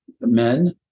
men